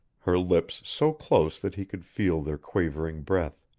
her lips so close that he could feel their quavering breath.